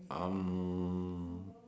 um